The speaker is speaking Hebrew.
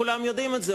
כולם יודעים את זה,